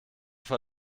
vor